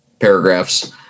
paragraphs